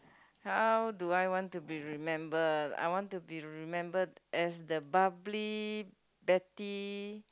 how do I want to be remembered I want to be remembered as the bubbly betty